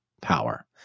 power